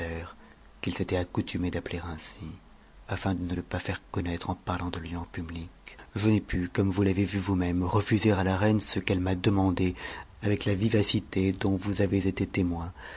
qu'il s'était accoutumé d'appeler ainsi afin de ne le pas faire connattre en parlant lui en public je n'ai pu comme vous l'avez vu vous-même refuser a reine ce qu'elle m'a demandé avec la vivacité dont vous avez été lemoin